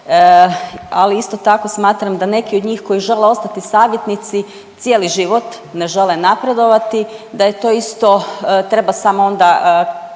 Ali isto tako smatram da neki od njih koji žele ostati savjetnici cijeli život ne žele napredovati da je to isto treba samo onda